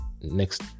next